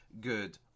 good